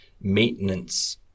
maintenance